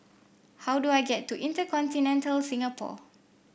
how do I get to InterContinental Singapore